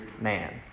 man